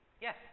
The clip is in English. Yes